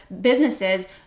businesses